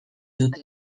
dute